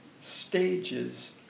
stages